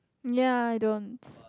ya I don't